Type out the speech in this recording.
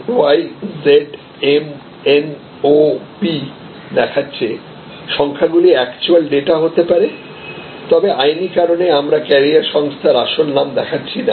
x Y Z M N O P দেখাচ্ছে সংখ্যাগুলি actual data হতে পারেতবে আইনী কারণে আমরা ক্যারিয়ার সংস্থার আসল নাম দেখাচ্ছি না